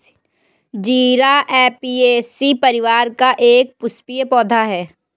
जीरा ऍपियेशी परिवार का एक पुष्पीय पौधा है